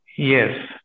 Yes